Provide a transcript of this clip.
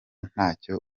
ntacyo